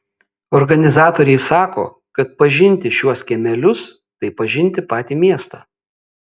organizatoriai sako kad pažinti šiuos kiemelius tai pažinti patį miestą